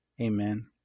Amen